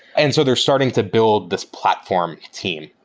and so they're starting to build this platform team,